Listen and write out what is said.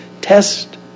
Test